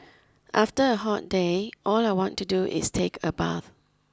after a hot day all I want to do is take a bath